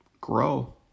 grow